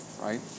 right